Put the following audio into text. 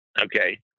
okay